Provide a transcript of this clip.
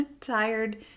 tired